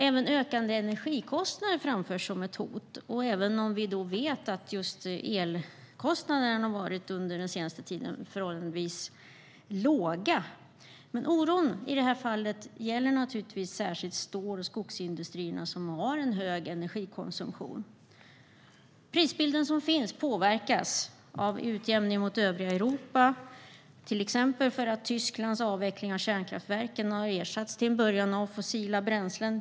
Även ökande energikostnader framstår som ett hot, trots att vi ju vet att elkostnaderna har varit förhållandevis låga. Denna oro gäller naturligtvis särskilt stål och skogsindustrin som har en hög energikonsumtion. Den prisbild som finns påverkas av utjämning mot övriga Europa. Till exempel har Tysklands avveckling av kärnkraftverk till en början ersatts av fossila bränslen.